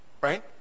right